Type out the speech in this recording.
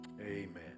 Amen